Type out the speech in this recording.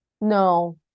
No